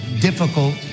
difficult